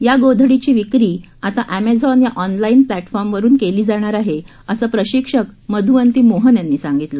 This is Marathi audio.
या गोधडीची विक्री आता अमॅझोन या ऑनलाईन प्लॅटफॉर्मवरुन केली जाणार आहे असं प्रशिक्षक मधवंती मोहन यांनी सांगितलं